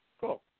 Cool